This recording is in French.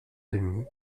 demie